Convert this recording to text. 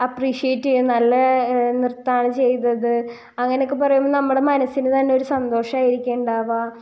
appreciate ചെയ്യും നല്ല നൃത്തമാണ് ചെയ്തത് അങ്ങനെ ഒക്കെ പറയുമ്പോൾ നമ്മുടെ മനസിന് തന്നെ ഒരു സന്തോഷമായിരിക്കും ഉണ്ടാവുക